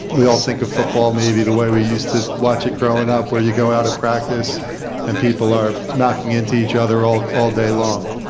we all think of football maybe the way we use to watch it growing up where you go out at practice and people are knocking into each other all all day long.